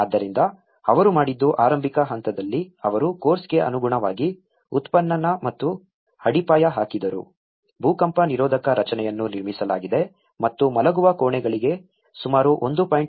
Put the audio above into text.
ಆದ್ದರಿಂದ ಅವರು ಮಾಡಿದ್ದು ಆರಂಭಿಕ ಹಂತದಲ್ಲಿ ಅವರು ಕೋರ್ಸ್ಗೆ ಅನುಗುಣವಾಗಿ ಉತ್ಖನನ ಮತ್ತು ಅಡಿಪಾಯ ಹಾಕಿದರು ಭೂಕಂಪ ನಿರೋಧಕ ರಚನೆಯನ್ನು ನಿರ್ಮಿಸಲಾಗಿದೆ ಮತ್ತು ಮಲಗುವ ಕೋಣೆಗಳಲ್ಲಿ ಸುಮಾರು 1